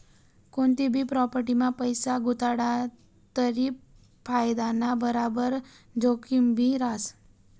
कोनतीभी प्राॅपटीमा पैसा गुताडात तरी फायदाना बराबर जोखिमभी रहास